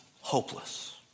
hopeless